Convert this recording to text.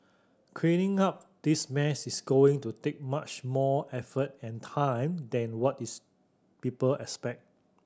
cleaning up this mess is going to take much more effort and time than what is people expect